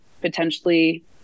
potentially